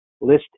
list